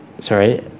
sorry